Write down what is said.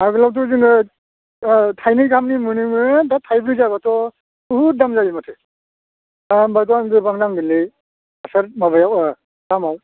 आगोलावथ' जोङो थाइनै गाहामनि मोनोमोन दा थाइब्रै जाबाथ' बुहुथ दाम जायो माथो दा होनबाथ' आं गोबां नांगोनलै एसे माबायाव दामाव